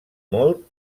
molt